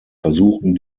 versuchen